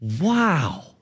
wow